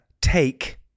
take